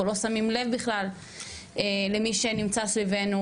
אנחנו לא שמים לב בכלל למי שנמצא סביבנו.